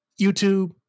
youtube